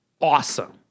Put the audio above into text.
Awesome